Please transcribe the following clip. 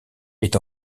est